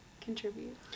contribute